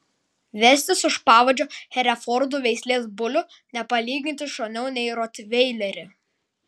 vestis už pavadžio herefordų veislės bulių nepalyginti šauniau nei rotveilerį